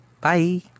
Bye